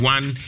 One